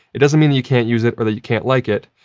it doesn't mean you can't use it or that you can't like it.